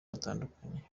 batandukanye